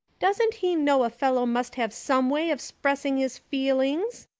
doesn't he know a fellow must have some way of spressing his feelings?